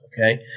okay